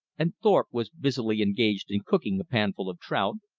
and thorpe was busily engaged in cooking a panful of trout,